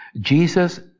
Jesus